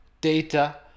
data